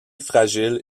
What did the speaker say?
fragile